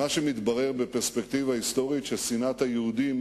מה שמתברר בפרספקטיבה היסטורית הוא ששנאת היהודים